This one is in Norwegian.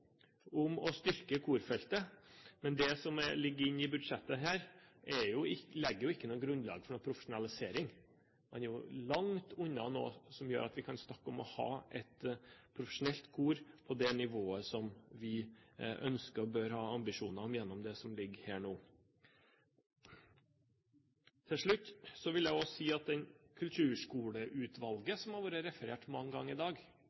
om å styrke korfeltet, men det som ligger inne i budsjettet her, legger ikke noe grunnlag for noen profesjonalisering. Man er langt unna noe som gjør at vi kan snakke om å ha et profesjonelt kor på det nivået som vi ønsker og bør ha ambisjoner om, i det som ligger her nå. Til slutt vil jeg si at Kulturskoleutvalget, som det har vært referert til mange ganger i dag,